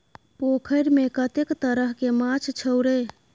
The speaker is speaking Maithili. पोखैरमे कतेक तरहके माछ छौ रे?